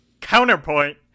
counterpoint